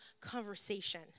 conversation